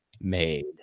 made